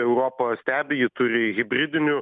europa stebi ji turi hibridinių